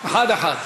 אחת-אחת.